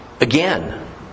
again